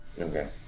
Okay